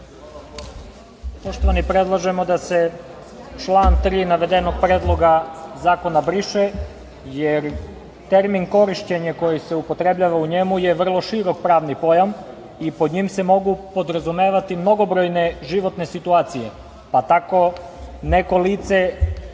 Poštovani, predlažemo da se član 3. navedenog Predloga zakona briše, jer termin korišćenje koji se upotrebljava u njemu vrlo je širok pravni pojam i pod njim se mogu podrazumevati mnogobrojne životne situacije, pa tako neko lice